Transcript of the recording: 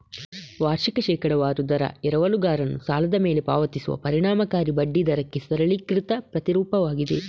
ವಾರ್ಷಿಕ ಶೇಕಡಾವಾರು ದರ ಎರವಲುಗಾರನು ಸಾಲದ ಮೇಲೆ ಪಾವತಿಸುವ ಪರಿಣಾಮಕಾರಿ ಬಡ್ಡಿ ದರಕ್ಕೆ ಸರಳೀಕೃತ ಪ್ರತಿರೂಪವಾಗಿದೆ